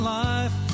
life